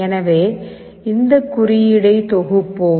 எனவே இந்த குறியீடை தொகுப்போம்